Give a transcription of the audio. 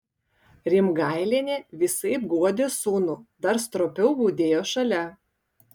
rimgailienė visaip guodė sūnų dar stropiau budėjo šalia